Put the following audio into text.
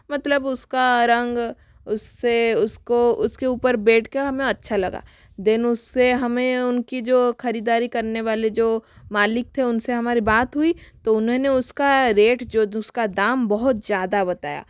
मतलब उसका रंग उससे उसको उसके ऊपर बैठ के हमें अच्छा लगा देन उससे हमें उनकी जो खरीदारी करने वाले जो मालिक थे उनसे हमारी बात हुई तो उन्होंने उसका रेट जो उसका दाम बहुत ज़्यादा बताया